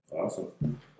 Awesome